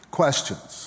questions